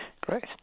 great